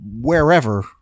wherever